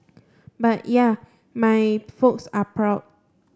but yeah my folks are proud